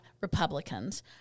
Republicans